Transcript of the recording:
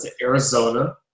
Arizona